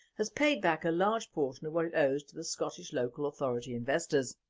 has paid back a large portion of what it owes to the scottish local authorities investors.